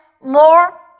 more